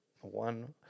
one